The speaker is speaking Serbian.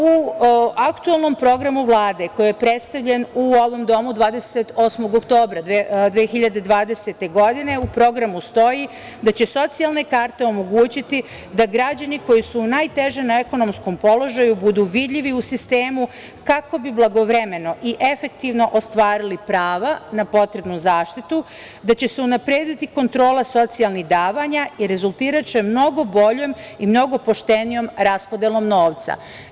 U aktuelnom programu Vlade koji je predstavljen u ovom domu 28. oktobra 2020. godine u programu stoji da će socijalne karte omogućiti da građani koji su najtežem ekonomskom položaju budu vidljivi u sistemu kako bi blagovremeno i efektivno ostvarili prava na potrebnu zaštitu, da će se unaprediti kontrola socijalnih davanja i rezultiraće mnogo boljom i mnogo poštenijom raspodelom novca.